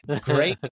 great